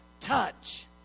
touch